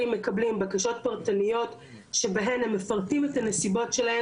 מפרטים את הנסיבות שלהם שבגינן הם לא יצאו במועד,